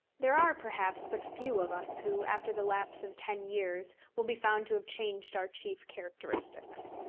there are, perhaps, but few of us who, after the lapse of ten years, will be found to have changed our chief characteristics.